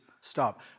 stop